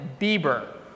Bieber